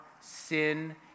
sin